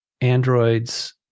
androids